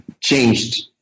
changed